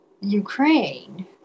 ukraine